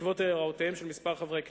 בעקבות הערותיהם של כמה חברי כנסת,